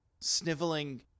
sniveling